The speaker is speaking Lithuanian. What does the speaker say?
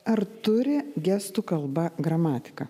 ar turi gestų kalba gramatiką